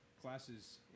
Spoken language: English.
classes